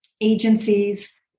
agencies